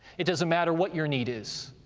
it doesn't matter what your need is,